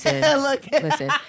Listen